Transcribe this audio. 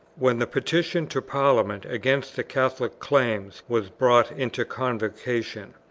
when the petition to parliament against the catholic claims was brought into convocation.